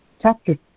Chapter